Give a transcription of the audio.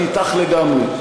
אני איתך לגמרי.